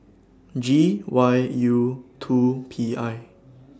G Y U two P I